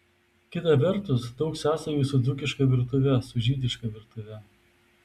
kita vertus daug sąsajų su dzūkiška virtuve su žydiška virtuve